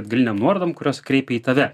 atgalinėm nuorodom kurios kreipia į tave